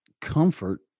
comfort